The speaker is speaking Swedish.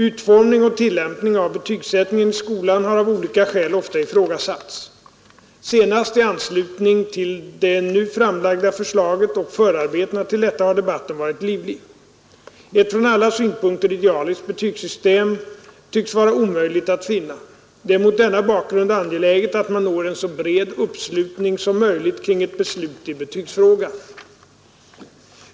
Utformning och tillämpning av betygsättningen i skolan har av olika skäl ofta ifrågasatts. Senast i anslutning till det nu framlagda förslaget och förarbetena till detta har debatten varit livlig. Ett från alla synpunkter idealiskt betygssystem tycks vara omöjligt att finna. Det är mot den bakgrunden angeläget att man når en så bred uppslutning som möjligt kring ett beslut i betygsfrågan.